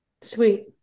Sweet